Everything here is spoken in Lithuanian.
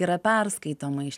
yra perskaitoma iš